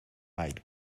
eyed